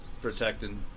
protecting